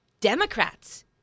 democrats